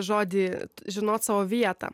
žodį žinot savo vietą